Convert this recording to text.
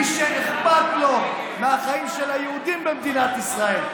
מי שאכפת לו מהחיים של היהודים במדינת ישראל,